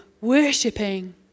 worshipping